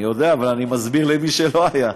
אני יודע, אבל אני מסביר למי שלא היה.